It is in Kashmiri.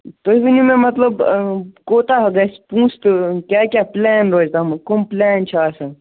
تُہۍ ؤنِو مےٚ مطلب کوتاہ گژھِ پۅنٛسہٕ تہٕ کیٛاہ کیٛاہ پُلین روزِ تَتھ منٛز کٕم پُلین چھِ آسان